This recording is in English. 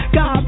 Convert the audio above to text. God